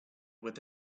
with